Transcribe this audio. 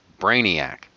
Brainiac